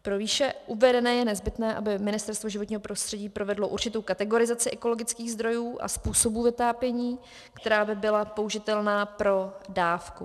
Pro výše uvedené je nezbytné, aby Ministerstvo životního prostředí provedlo určitou kategorizaci ekologických zdrojů a způsobů vytápění, která by byla použitelná pro dávku.